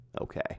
Okay